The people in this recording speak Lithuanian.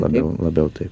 labiau labiau taip